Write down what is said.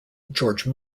george